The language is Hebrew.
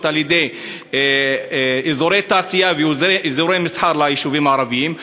על-ידי אזורי תעשייה ואזורי מסחר ליישובים הערביים,